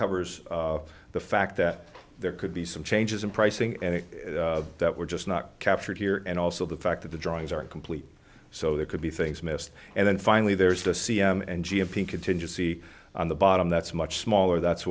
covers the fact that there could be some changes in pricing and that we're just not captured here and also the fact that the drawings aren't complete so there could be things missed and then finally there's the cme and g o p contingency on the bottom that's much smaller that's